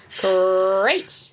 Great